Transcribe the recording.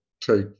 take